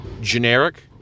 generic